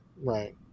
Right